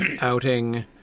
outing